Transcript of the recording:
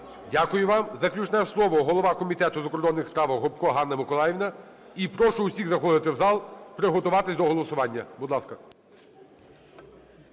Дякую вам. Заключне слово – голова Комітету в закордонних справах Гопко Ганна Миколаївна. І прошу усіх заходити в зал, приготуватися до голосування. Будь ласка.